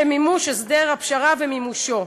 ביישום הסדר הפשרה ומימושו.